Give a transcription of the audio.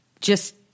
just-